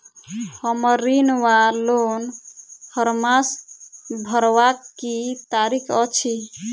हम्मर ऋण वा लोन हरमास भरवाक की तारीख अछि?